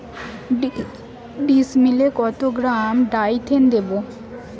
ডিস্মেলে কত গ্রাম ডাইথেন দেবো?